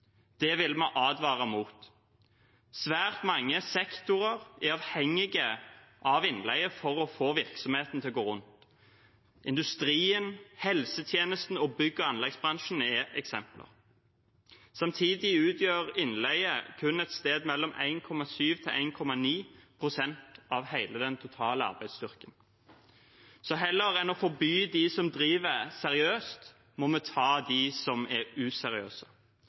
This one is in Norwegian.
Det vil vi advare mot. Svært mange sektorer er avhengig av innleie for å få virksomheten til å gå rundt. Industrien, helsetjenesten og bygg- og anleggsbransjen er eksempler. Samtidig utgjør innleie kun et sted mellom 1,7 og 1,9 pst. av den totale arbeidsstyrken. Heller enn å forby dem som driver seriøst, må vi ta dem som er useriøse.